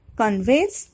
conveys